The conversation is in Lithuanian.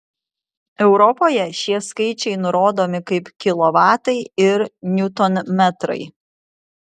europoje šie skaičiai nurodomi kaip kilovatai ir niutonmetrai